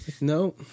No